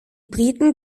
briten